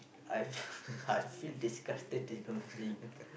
I I feel disgusted you know seeing